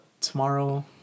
tomorrow